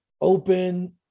open